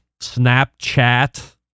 Snapchat